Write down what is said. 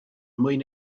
mwyn